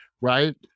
Right